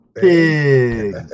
Big